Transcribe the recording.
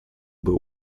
был